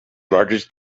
largest